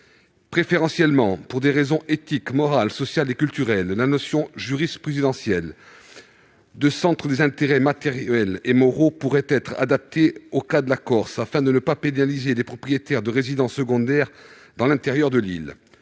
Préférentiellement, pour des raisons éthiques, morales, sociales et culturelles, la notion jurisprudentielle de centre des intérêts matériels et moraux pourrait être adaptée au cas de la Corse, afin de ne pas pénaliser les propriétaires de résidences secondaires dans l'intérieur de l'île.